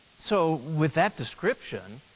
so with that description,